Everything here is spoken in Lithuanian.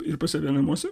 ir pas save namuose